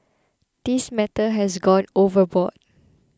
this matter has gone overboard